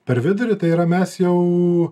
per vidurį tai yra mes jau